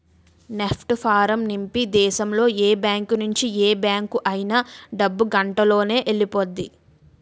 NEFT form నింపి దేశంలో ఏ బ్యాంకు నుంచి ఏ బ్యాంక్ అయినా డబ్బు గంటలోనెల్లిపొద్ది